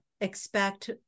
expect